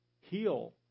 heal